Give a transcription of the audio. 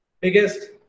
biggest